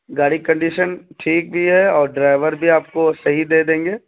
گاڑی کنڈیشن ٹھیک بھی ہے اور ڈرائیور بھی آپ کو صحیح دے دیں گے